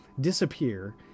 disappear